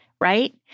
right